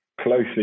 closely